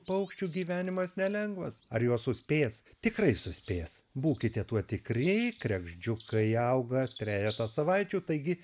paukščių gyvenimas nelengvas ar juos suspės tikrai suspės būkite tuo tikri kregždžiukai auga trejetą savaičių taigi